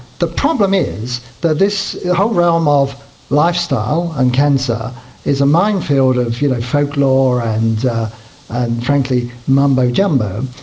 the problem is that this whole realm of lifestyle and cancer is a minefield of you know folklore and frankly mumbo-jumbo,